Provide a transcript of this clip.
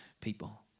people